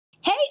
Hey